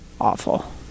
awful